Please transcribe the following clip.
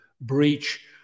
breach